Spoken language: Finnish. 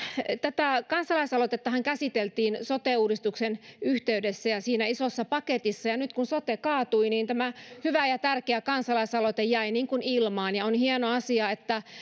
tätä kansalaisaloitettahan käsiteltiin sote uudistuksen yhteydessä siinä isossa paketissa ja nyt kun sote kaatui niin tämä hyvä ja tärkeä kansalaisaloite jäi ilmaan on hieno asia että